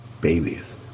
babies